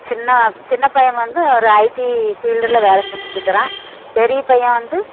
சின்ன சின்ன பையன் வந்து ஒரு ஐடி ஃபீல்டில் வேலை செஞ்சுட்டு இருக்கிறான் பெரிய பையன் வந்து